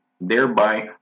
thereby